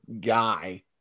guy